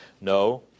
No